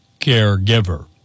caregiver